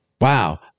Wow